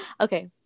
Okay